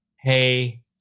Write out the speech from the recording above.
hey